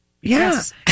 Yes